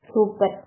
Super